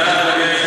לא בכוח.